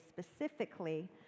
specifically